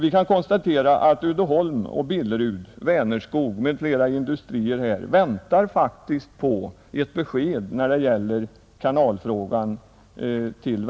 Vi kan konstatera att Uddeholm, Billerud, Vänerskog m.fl. industrier väntar på besked beträffande frågan om en utbyggnad av Trollhätte kanal.